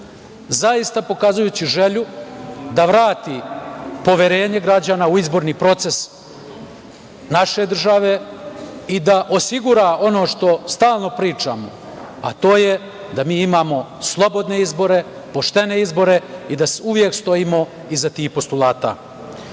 zaista pokazujući želju da vrati poverenje građana u izborni proces naše države i da osigura ono što stalno pričamo, a to je da imamo slobodne izbore, poštene izbore i da uvek stojimo iza tih postulata. Nije